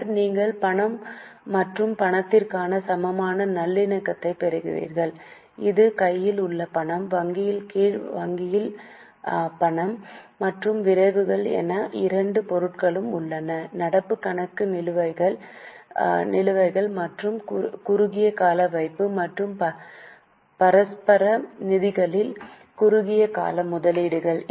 பின்னர் நீங்கள் பணம் மற்றும் பணத்திற்கு சமமான நல்லிணக்கத்தைப் பெறுவீர்கள் இது கையில் உள்ள பணம் வங்கியின் கீழ் வங்கியில் பணம் மற்றும் வரைவுகள் என இரண்டு பொருட்கள் உள்ளன நடப்பு கணக்கு நிலுவைகள் மற்றும் குறுகிய கால வைப்பு மற்றும் பரஸ்பர நிதிகளில் குறுகிய கால முதலீடுகள்